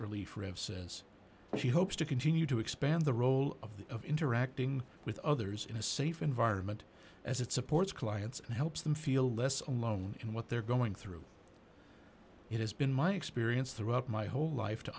relief rev says she hopes to continue to expand the role of the of interacting with others in a safe environment as it supports clients and helps them feel less alone in what they're going through it has been my experience throughout my whole life to